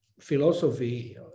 philosophy